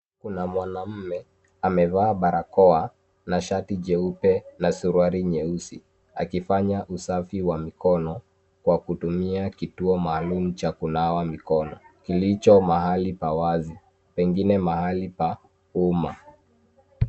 Kuna mwanaume amevaa barakoa na shati jeupe na suruali nyeusi akifanya usafi wa mikono kwa kutumia kituo maalum cha kunawa mikono kilicho mahali pa wazi pengine mahali pa umma.